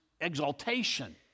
exaltation